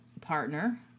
partner